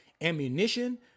ammunition